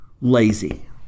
lazy